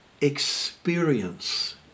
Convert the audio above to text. experience